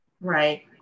Right